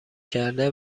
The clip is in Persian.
کرده